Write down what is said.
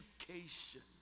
education